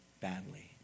badly